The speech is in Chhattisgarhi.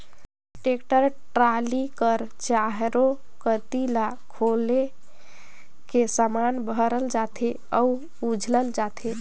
टेक्टर टराली कर चाएरो कती ल खोएल के समान भरल जाथे अउ उझलल जाथे